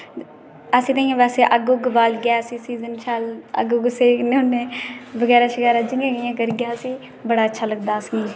आसे ते वैसे अग्ग बगैरा बालिये सर्दिये दे सीजन शैल अग्ग सेकने होने बगैरा शगैरा करियै आसेगी बडा अच्छा लगदा आसेगी